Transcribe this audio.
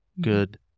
good